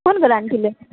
कोन गारण्टी लेत